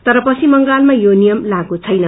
तर पश्चिम बंगालमा यो नियम लागू छैन